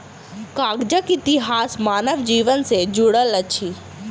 कागजक इतिहास मानव जीवन सॅ जुड़ल अछि